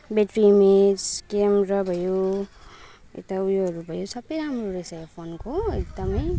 battery mAh camera भयो यता ऊ योहरू भयो सबै राम्रो रहेछ यो फोनको एकदमै